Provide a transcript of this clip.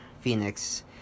Phoenix